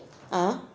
(uh huh)